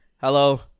Hello